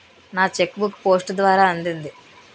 నా cheque book post ద్వారా అందింది